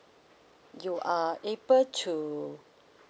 you are able to